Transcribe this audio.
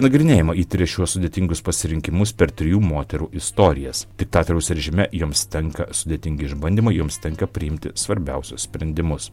nagrinėjama į tris šiuos sudėtingus pasirinkimus per trijų moterų istorijas diktatoriaus režime joms tenka sudėtingi išbandymai joms tenka priimti svarbiausius sprendimus